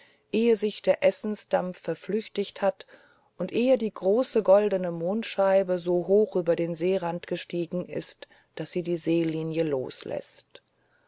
ehe sich der essensdampf verflüchtigt hat und ehe die große goldene mondscheibe so hoch über den seerand gestiegen ist daß sie die seelinie losläßt